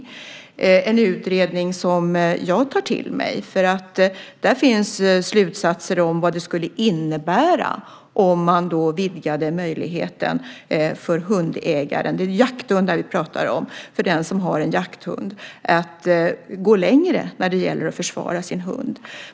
Det är en utredning som jag tar till mig därför att där finns slutsatser om vad det skulle innebära om man vidgade möjligheten för den som har en jakthund att gå längre när det gäller att försvara sin hund.